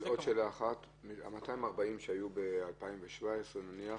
ה-240 שהיו ב-2017 נניח,